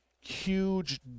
huge